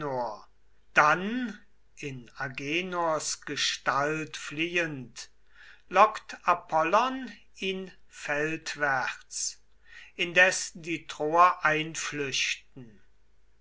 dann in agenors gestalt fliehend lockt apollon ihn feldwärts indes die troer einflüchten